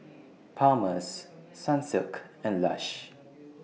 Palmer's Sunsilk and Lush